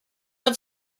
have